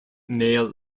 male